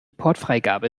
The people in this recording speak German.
portfreigabe